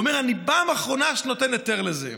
ואומר: פעם אחרונה שאני נותן היתר לזה.